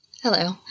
Hello